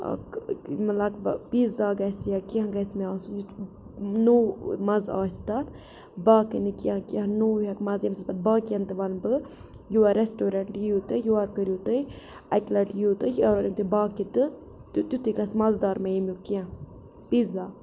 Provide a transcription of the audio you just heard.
لگ بگ پیٖزا گژھِ یا کیٚنٛہہ گژھِ مےٚ آسُن یُتھ نوٚو مَزٕ آسہِ تَتھ باقٕے نہٕ کیٚنٛہہ کیٚنٛہہ نوٚو ہٮ۪کہٕ مَزٕ ییٚمہِ سۭتۍ پَتہٕ باقِیَن تہِ وَنہٕ بہٕ یور ریسٹورنٛٹ یِیِو تُہۍ یور کٔرِو تُہۍ اَکہِ لَٹہِ یِیِو تُہۍ یور أنِو تُہۍ باقٕے تہٕ تہٕ تیُتھُے گژھِ مَزٕدار مینیوٗ کیٚنٛہہ پیٖزا